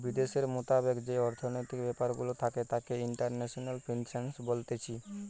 বিদ্যাশের মোতাবেক যেই অর্থনৈতিক ব্যাপার গুলা থাকে তাকে ইন্টারন্যাশনাল ফিন্যান্স বলতিছে